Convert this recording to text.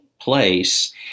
place